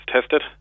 tested